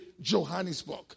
Johannesburg